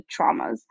traumas